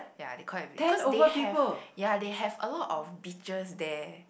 ya they call it cause they have ya they have a lot of beaches there